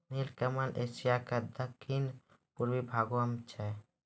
नीलकमल एशिया के दक्खिन पूर्वी भागो मे छै